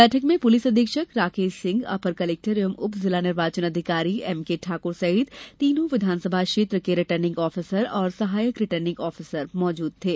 बैठक में पुलिस अधीक्षक राकेश सिंह अपर कलेक्टर एवं उपजिला निर्वाचन अधिकारी एमके ठाकुर सहित तीनों विधानसभा क्षेत्र के रिटर्निंग ऑफिसर और सहायक रिटर्निंग ऑफिसर उपस्थित थे